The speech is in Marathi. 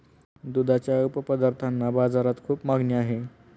दुधाच्या उपपदार्थांना बाजारात खूप मागणी आहे